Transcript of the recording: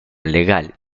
legal